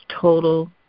total